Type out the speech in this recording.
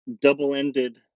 double-ended